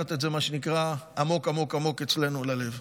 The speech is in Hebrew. ולקחת את זה, מה שנקרא, עמוק עמוק עמוק אצלנו ללב.